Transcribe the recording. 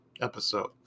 episode